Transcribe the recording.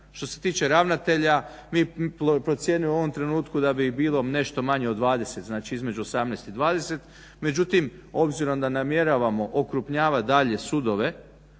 Što se tiče ravnatelja mi procjenjujemo u ovom trenutku da bi bilo nešto manje od 20, znači između 18 i 20, međutim obzirom da namjeravamo okrupnjavat dalje sudove